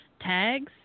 Tags